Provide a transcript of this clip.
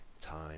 time